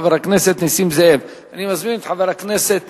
חבר הכנסת